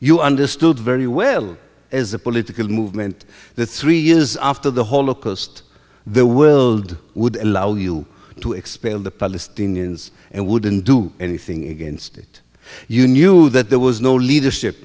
you understood very well as a political movement that three years after the holocaust the world would allow you to expel the palestinians and wouldn't do anything against it you knew that there was no leadership